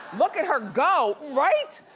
look at her go, right?